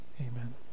amen